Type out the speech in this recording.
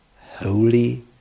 Holy